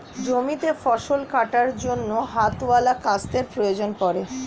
জমিতে ফসল কাটার জন্য হাতওয়ালা কাস্তের প্রয়োজন পড়ে